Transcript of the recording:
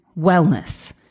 wellness